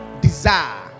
desire